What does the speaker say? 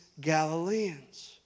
Galileans